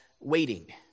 waiting